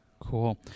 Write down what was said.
cool